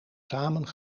samen